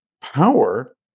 power